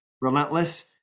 relentless